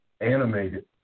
animated